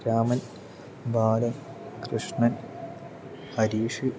Raman Balan Krishnan Harish